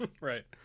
right